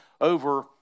over